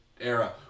era